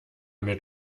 mit